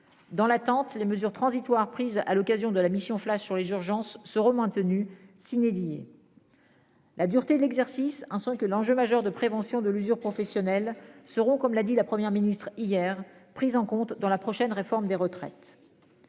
dans l'attente des mesures transitoires prises à l'occasion de la mission flash sur les urgences ce roman. Si inédit.-- La dureté de l'exercice en que l'enjeu majeur de prévention de l'usure professionnelle seront comme l'a dit la Première ministre hier prise en compte dans la prochaine réforme des retraites.